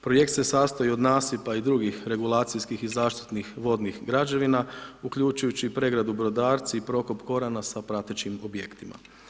Projekt se sastoji od nasipa i drugih regulacijskih i zaštitnih vodnih građevina, uključujući i pregradu Brodarci i prokop Korana sa pratećim objektima.